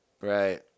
Right